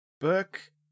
Burke